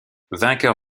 vainqueur